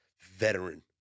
veteran